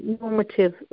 normative